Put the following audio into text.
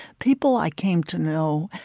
people i came to know,